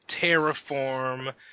terraform